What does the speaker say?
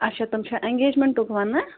اَچھا تِم چھا ایٚنگیٚجمٮ۪نٹُک وَنان